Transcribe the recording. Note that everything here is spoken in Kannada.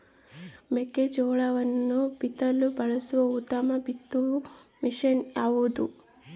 ಮೆಕ್ಕೆಜೋಳವನ್ನು ಬಿತ್ತಲು ಬಳಸುವ ಉತ್ತಮ ಬಿತ್ತುವ ಮಷೇನ್ ಯಾವುದು?